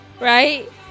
Right